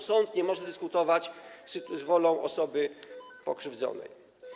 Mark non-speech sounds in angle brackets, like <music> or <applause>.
Sąd nie może <noise> dyskutować z wolą osoby pokrzywdzonej.